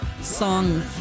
song